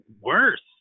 worse